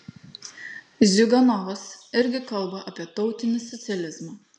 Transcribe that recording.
ziuganovas irgi kalba apie tautinį socializmą